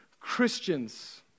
Christians